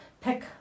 pick